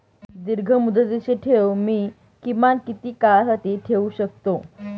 दीर्घमुदतीचे ठेव मी किमान किती काळासाठी ठेवू शकतो?